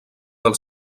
del